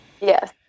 Yes